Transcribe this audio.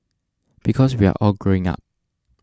because we're all growing up